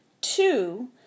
Two